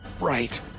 right